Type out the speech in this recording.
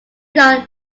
law